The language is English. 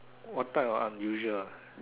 what type of unusual ah